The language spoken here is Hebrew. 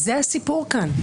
זה הסיפור כאן.